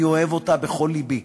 אני אוהב אותה בכל לבי.